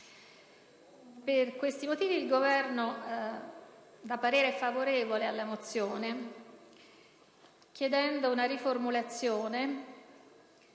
Per questi motivi, il Governo dà parere favorevole alla mozione, chiedendo una riformulazione